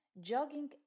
Jogging